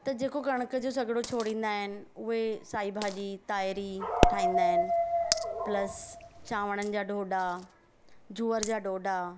त जेको कणिक जो सॻड़ो छोणींदा आहिनि उहे साई भाॼी तांहिरी ठाहींदा आहिनि प्लस चांवरनि जा ढोढा जूअरि जा ढोढा